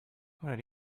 what